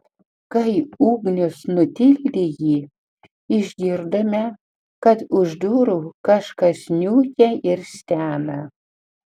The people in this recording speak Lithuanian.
kai ugnius nutildė jį išgirdome kad už durų kažkas niūkia ir stena